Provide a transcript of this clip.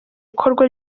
ikorwa